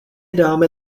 dáme